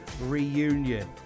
reunion